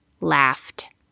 laughed